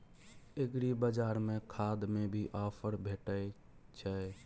एग्रीबाजार में खाद में भी ऑफर भेटय छैय?